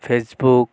Facebook